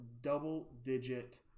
double-digit